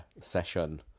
session